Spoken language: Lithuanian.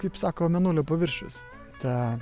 kaip sako mėnulio paviršius ta